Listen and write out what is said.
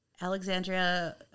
Alexandria